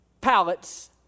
pallets